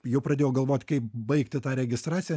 jau pradėjau galvot kaip baigti tą registraciją